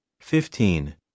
fifteen